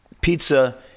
pizza